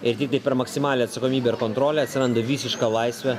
ir tiktai per maksimalią atsakomybę ir kontrolę atsiranda visiška laisvė